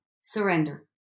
Surrender